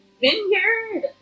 Vineyard